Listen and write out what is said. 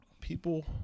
people